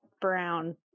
Brown